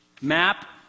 map